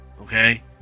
Okay